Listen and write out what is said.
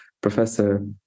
professor